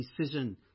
decision